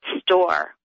store